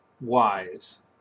Wise